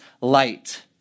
light